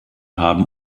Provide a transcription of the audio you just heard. haben